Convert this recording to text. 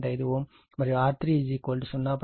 5 Ω మరియు R3 0